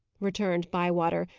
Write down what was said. returned bywater,